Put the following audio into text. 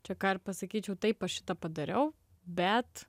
čia ką ir pasakyčiau taip aš šitą padariau bet